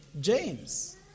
James